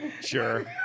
Sure